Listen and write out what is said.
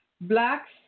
Blacks